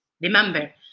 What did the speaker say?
remember